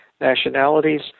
nationalities